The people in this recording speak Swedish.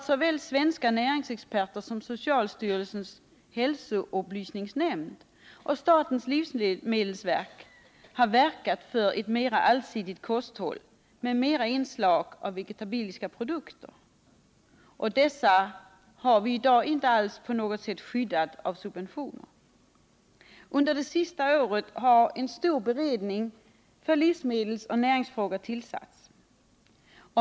Såväl svenska näringsexperter som socialstyrelsens hälsoupplysningsnämnd och statens livsmede!sverk har verkat för ett mera allsidigt kosthåll med mera inslag av vegetabiliska produkter. För dessa har vi i dag inte något skydd av subventioner. Under det senaste året har en stor beredning för livsmedelsoch näringsfrågor tillsatts.